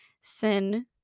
Sin